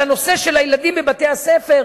על הנושא של הילדים בבתי-הספר,